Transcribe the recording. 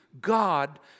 God